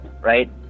right